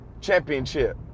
championship